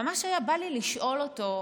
ממש היה בא לי לשאול אותו,